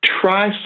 try